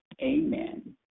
amen